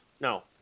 No